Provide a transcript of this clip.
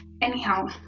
Anyhow